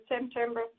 September